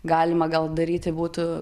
galima gal daryti būtų